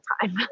time